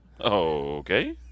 okay